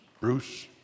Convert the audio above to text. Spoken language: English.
Bruce